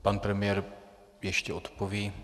Pan premiér ještě odpoví.